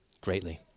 greatly